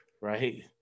right